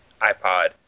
ipod